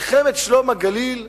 מלחמת שלום הגליל השנייה,